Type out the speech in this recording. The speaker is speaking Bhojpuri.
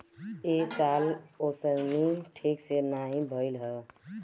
ए साल ओंसउनी ठीक से नाइ भइल हअ